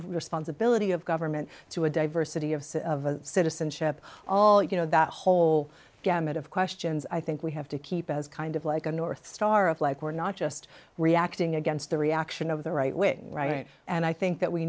responsibility of government to a diversity of citizenship all you know that whole gamut of questions i think we have to keep as kind of like a north star of like we're not just reacting against the reaction of the right wing right and i think that we